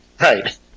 right